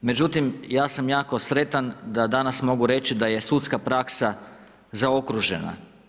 Međutim, ja sam jako sretan, da danas mogu reći da je sudska praksa zaokružena.